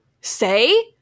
say